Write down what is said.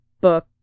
book